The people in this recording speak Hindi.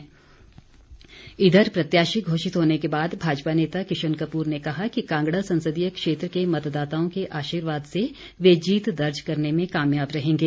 किशन कपूर इधर प्रत्याशी घोषित होने के बाद भाजपा नेता किशन कपूर ने कहा कि कांगड़ा संसदीय क्षेत्र के मतदाताओं के आशीर्वाद से वे जीत दर्ज करने में कामयाब रहेंगे